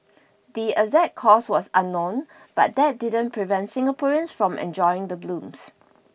the exact cause was unknown but that didn't prevent Singaporeans from enjoying the blooms